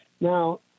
Now